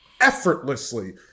effortlessly